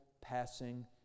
passing